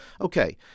okay